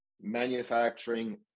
manufacturing